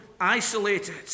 isolated